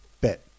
bet